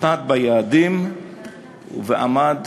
עמד ביעדים ועמד